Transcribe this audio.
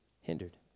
hindered